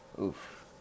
Oof